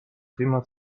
prima